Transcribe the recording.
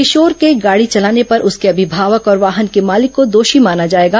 किशोर के गाड़ी चलाने पर उसके अभिभावक और वाहन के मालिक को दोषी माना जाएगा